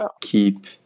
keep